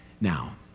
Now